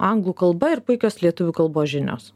anglų kalba ir puikios lietuvių kalbos žinios